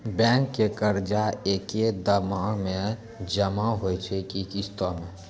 Bank के कर्जा ऐकै दफ़ा मे जमा होय छै कि किस्तो मे?